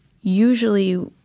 Usually